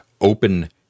open